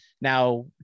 Now